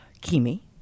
Kimi